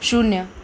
શૂન્ય